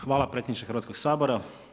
Hvala predsjedniče Hrvatskog sabora.